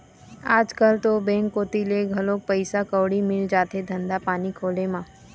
आजकल तो बेंक कोती ले घलोक पइसा कउड़ी मिल जाथे धंधा पानी खोले म